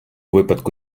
випадку